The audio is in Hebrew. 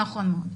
נכון מאוד.